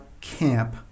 camp